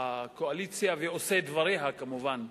הקואליציה ועושי דבריה כמובן,